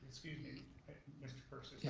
excuse me mr. persis, yeah